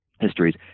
histories